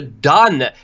done